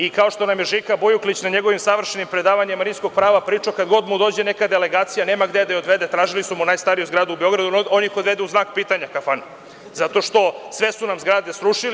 I kao što nam je Žika Bujuklić na njegovim savršenim predavanjima rimskog prava pričao, kada god mu dođe neka delegacija, nema gde da je odvede i tražili su najstariju zgradu u Beogradu, on ih odvede u kafanu „Znak pitanja“, zato što su nam sve zgrade srušili.